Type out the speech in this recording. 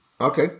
Okay